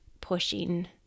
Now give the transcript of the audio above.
pushing